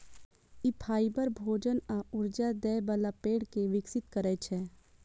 ई fibre, भोजन आ ऊर्जा दै बला पेड़ कें विकसित करै छै